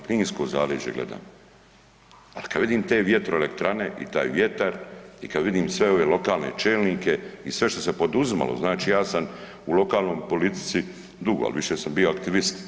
Kninsko zaleđe gledam, ali kada vidim te vjetroelektrane i taj vjetar i kada vidim sve ove lokalne čelnike i sve što se poduzimalo, znači ja sam u lokalnoj politici dugo, ali više sam bio aktivist.